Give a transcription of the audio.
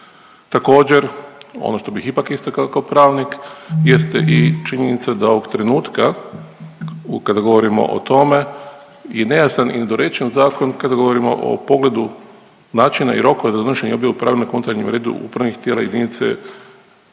Također ono što bih ipak istakao kao pravnik jeste i činjenica da ovog trenutka kada govorimo o tome je nejasan i nedorečen zakon kada govorimo o pogledu načina i rokova za donošenje i objavu pravilnika o unutarnjem redu upravnih tijela jedinice